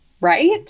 right